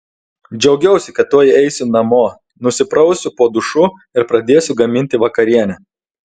džiaugiausi kad tuoj eisiu namo nusiprausiu po dušu ir pradėsiu gaminti vakarienę